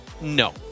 No